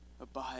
abide